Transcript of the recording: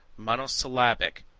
monosyllabic,